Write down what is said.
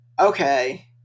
okay